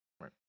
right